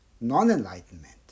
non-enlightenment